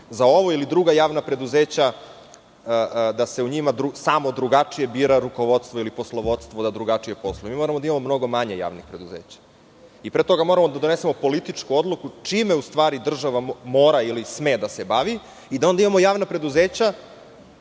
za ovo, ili druga javna preduzeća, da se u njima samo drugačije bira rukovodstvo, ili poslovodstvo da drugačije posluju. Mi moramo da imamo mnogo manje javnih preduzeća. Pre toga, moramo da donesemo političku odluku čime u stvari država mora, ili sme da se bavi i da onda imamo javna preduzeća,